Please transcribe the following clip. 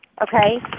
okay